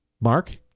Mark